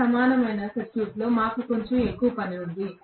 ఈ సమానమైన సర్క్యూట్లో మాకు కొంచెం ఎక్కువ పని ఉంది